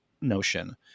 notion